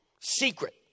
Secret